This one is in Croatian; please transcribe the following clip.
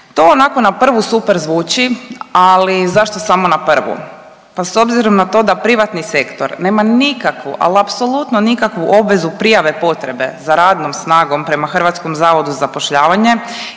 To onako na prvu super zvuči, ali zašto samo na prvu? Pa s obzirom na to da privatni sektor nema nikakvu, al apsolutno nikakvu obvezu prijave potrebe za radnom snagom prema Hrvatskom zavodu za zapošljavanje